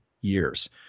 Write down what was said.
years